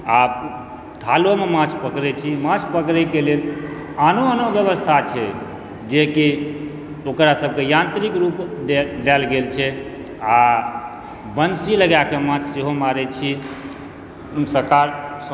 आब थालोमे माँछ पकरै छी माँछ पकरैके लेल आनो आनो व्यवस्था छै जे कि ओकरा सबके यांत्रिक रूप देल गेल छै आ बंसी लगाकऽ माँछ सेहो मारै छी सरकार